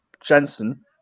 Jensen